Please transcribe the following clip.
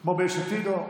והוא חתם את חתימתו.